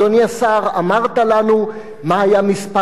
אמרת לנו מה היה מספר הבג"ץ,